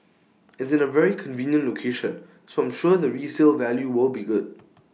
it's in A very convenient location so I'm sure the resale value will be good